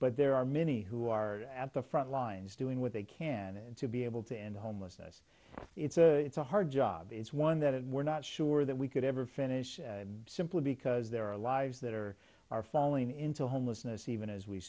but there are many who are at the front lines doing what they can and to be able to end homelessness it's a it's a hard job it's one that we're not sure that we could ever finish simply because there are lives that are are falling into homelessness even as we